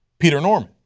peter norman.